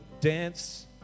dance